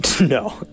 No